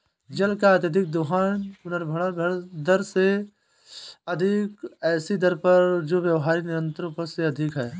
जल का अत्यधिक दोहन पुनर्भरण दर से अधिक ऐसी दर पर जो व्यावहारिक निरंतर उपज से अधिक है